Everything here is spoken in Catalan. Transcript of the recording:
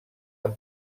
han